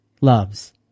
loves